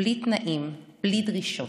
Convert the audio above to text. בלי תנאים, בלי דרישות.